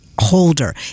holder